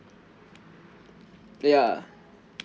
ya